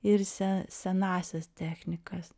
ir se senąsias technikas